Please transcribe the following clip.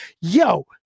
Yo